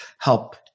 help